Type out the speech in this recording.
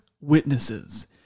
Witnesses